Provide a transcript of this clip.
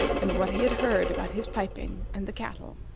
and what he had heard about his piping and the cattle.